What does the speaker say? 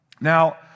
Now